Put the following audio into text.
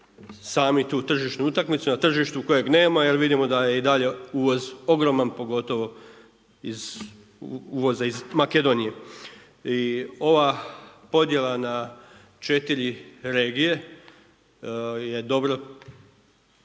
sami tu tržišnu utakmicu na tržištu kojeg nema, jer vidimo da je i dalje uvoz ogroman, pogotovo iz uvoza iz Makedonije i ova podjela na 4 regije je dobro